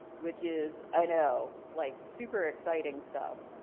which is ah you know like super exciting stuff.